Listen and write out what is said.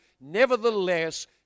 Nevertheless